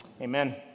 amen